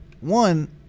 one